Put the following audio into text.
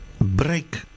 break